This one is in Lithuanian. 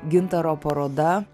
gintaro paroda